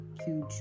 huge